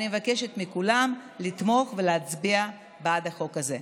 אני מבקשת מכולם לתמוך ולהצביע בעד החוק הזה.